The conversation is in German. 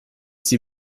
sie